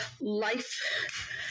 life